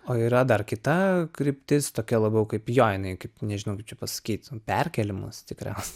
o yra dar kita kryptis tokia labiau kaip jo jinai kaip nežinau kaip čia pasakyt perkėlimus tikriausiai